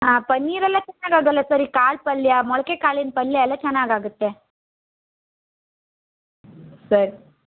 ಹಾಂ ಪನ್ನೀರೆಲ್ಲ ಚೆನ್ನಾಗಾಗಲ್ಲ ಸರ್ ಈ ಕಾಳು ಪಲ್ಯ ಮೊಳಕೆ ಕಾಳಿನ ಪಲ್ಯ ಎಲ್ಲ ಚೆನ್ನಾಗಾಗತ್ತೆ ಸರ್